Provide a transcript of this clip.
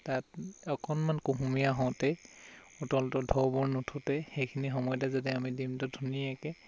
তাত অকণমান কুহুমীয়া হওঁতেই উতলটোৰ ঢৌবোৰ নুঠোঁতেই সেইটো সময়তে যদি আমি ডিমটো ধুনীয়াকৈ